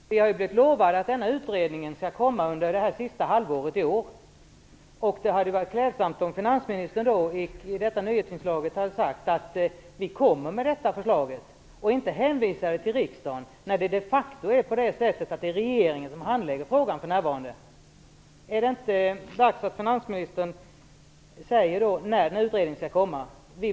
Fru talman! Vi har blivit lovade att utredningen skall komma under det sista halvåret i år. Det hade därför varit klädsamt om finansministern i detta nyhetsinslag hade sagt att förslaget skall presenteras i stället för att hänvisa till riksdagen. Det är ju de facto regeringen som handlägger frågan för närvarande. Är det inte dags att finansministern nu säger när utredningen skall komma?